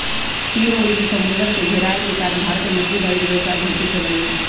तीन ओरी से समुन्दर से घेरायल के कारण भारत में मछरी धरे के व्यवसाय बहुते चलन में हइ